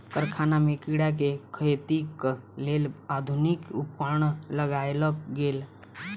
कारखाना में कीड़ा के खेतीक लेल आधुनिक उपकरण लगायल गेल